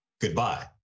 Goodbye